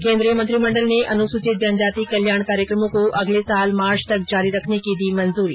केन्द्रीय मंत्रिमंडल ने अनुसूचित जनजाति कल्याण कार्यक्रमों को अगले साल मार्च तक जारी रखने को दी मंजूरी